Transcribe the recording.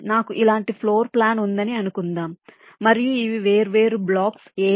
నాకు ఇలాంటి floor plan ఉందని అనుకుందాం మరియు ఇవి వేర్వేరు బ్లాక్స్ ABCD మరియు E